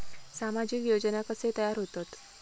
सामाजिक योजना कसे तयार होतत?